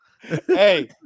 Hey